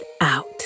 out